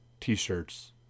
t-shirts